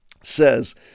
says